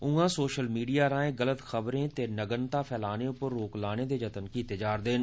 उआं social media राएं गलत खबरें ते नग्नता फैलाने पर रोक लाने दे जतन कीते जा रदे न